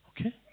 Okay